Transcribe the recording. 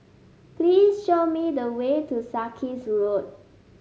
please show me the way to Sarkies Road